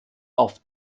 auf